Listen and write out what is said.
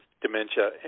dementia